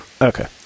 Okay